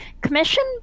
commission